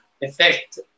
effect